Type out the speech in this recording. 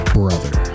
brother